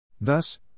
Thus